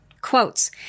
Quotes